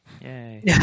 Yay